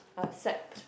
accept